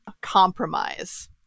compromise